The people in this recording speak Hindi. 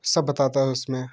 सब बताता है उसमें